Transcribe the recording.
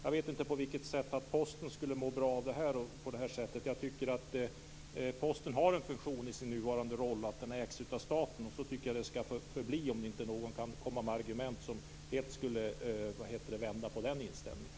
Jag vet inte på vilket sätt Posten skulle må bra av det här. Jag tycker att Posten har en funktion i sin nuvarande roll, där den ägs av staten. Så tycker jag att det skall förbli om inte någon kan komma med argument som helt vänder på den inställningen.